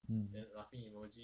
mm